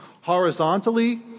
Horizontally